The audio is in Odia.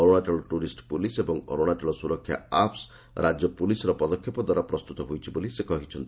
ଅରୁଣାଚଳ ଟୁରିଷ୍ଟ ପୁଲିସ୍ ଏବଂ ଅରୁଣାଚଳ ସୁରକ୍ଷା ଆପ୍ସ୍ ରାଜ୍ୟ ପୁଲିସ୍ର ପଦକ୍ଷେପଦ୍ୱାରା ପ୍ରସ୍ତୁତ ହୋଇଛି ବୋଲି ସେ କହିଛନ୍ତି